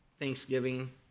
thanksgiving